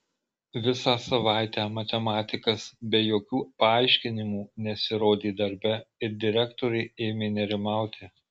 visą savaitę matematikas be jokių paaiškinimų nesirodė darbe ir direktorė ėmė nerimauti